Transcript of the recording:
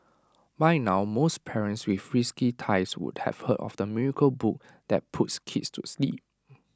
by now most parents with frisky tykes would have heard of the miracle book that puts kids to sleep